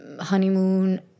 honeymoon